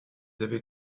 avez